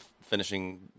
finishing